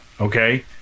Okay